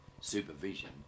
supervision